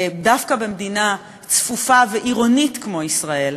דווקא במדינה צפופה ועירונית כמו ישראל,